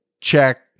check